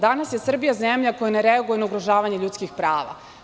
Danas je Srbija zemlja koja ne reaguje na ugrožavanje ljudskih prava.